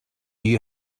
you